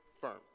firm